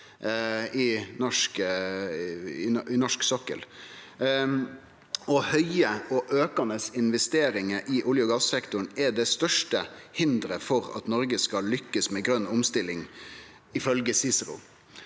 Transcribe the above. i norsk sokkel. Høge og aukande investeringar i olje- og gassektoren er det største hinderet for at Noreg skal lukkast med ei grøn omstilling, ifølgje CICERO.